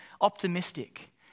optimistic